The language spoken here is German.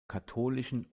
katholischen